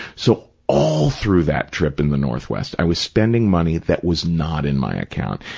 so, all through that trip in the northwest i was spending money that was not in my account,